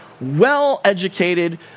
well-educated